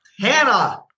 Hannah